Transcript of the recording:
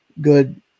good